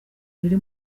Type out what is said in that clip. riri